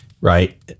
Right